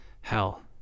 hell